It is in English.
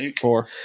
Four